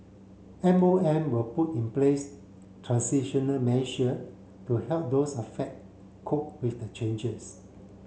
M O M will put in place transitional measure to help those affect cope with the changes